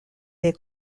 les